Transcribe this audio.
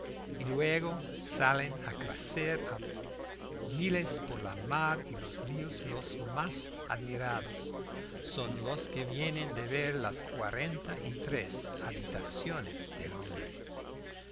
y luego salen a crecer a miles por la mar y los ríos los más admirados son los que vienen de ver las cuarenta y tres habitaciones del hombre la